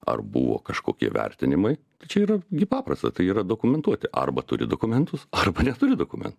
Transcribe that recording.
ar buvo kažkokie vertinimai čia yra gi paprasta tai yra dokumentuoti arba turi dokumentus arba neturi dokumen